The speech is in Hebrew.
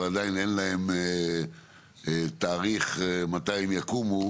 אבל עדיין אין להם תאריך מתי הם יקומו,